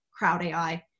CrowdAI